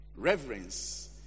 Reverence